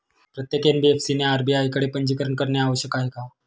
प्रत्येक एन.बी.एफ.सी ने आर.बी.आय कडे पंजीकरण करणे आवश्यक आहे का?